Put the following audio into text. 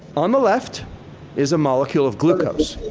on the left is a molecule of glucose,